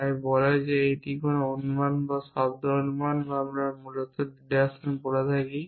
তাই এটি বলে যে কখন একটি অনুমান বা শব্দ অনুমান যাকে আমরা মূলত ডিডাকশন বলে থাকি